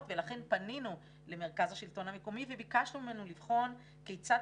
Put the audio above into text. ולכן פנינו למרכז השלטון המקומי וביקשנו ממנו לבחון כיצד